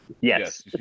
Yes